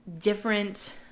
different